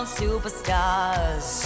superstars